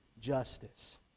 justice